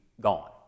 gone